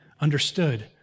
understood